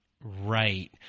right